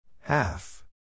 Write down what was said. Half